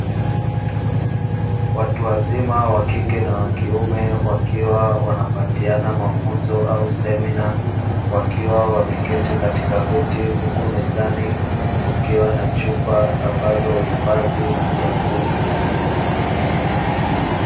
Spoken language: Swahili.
Watu wazima wakike na wakiume wakiwa wanapatiana mafunzo au semina wakiwa wameketi katika viti huku mezani kukiwa na chupa ambazo huifadhi maji ya kunywa.